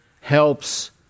helps